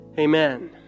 Amen